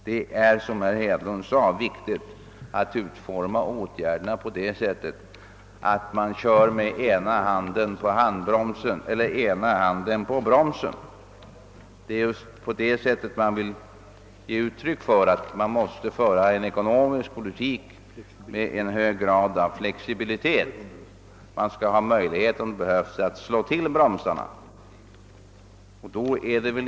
Det är, som herr Hedlund sade, viktigt att man kör med ena handen på bromsen, d.v.s. att man ger den ekonomiska politiken en hög grad av flexibilitet. Det skall finnas möjligheter att slå till bromsarna om det behövs.